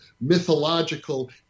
mythological